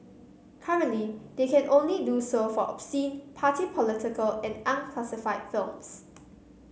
currently they can only do so for obscene party political and unclassified films